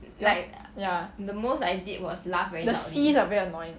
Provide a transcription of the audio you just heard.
ya the Cs are very annoying